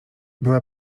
była